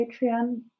patreon